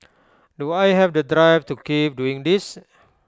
do I have the drive to keep doing this